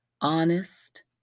honest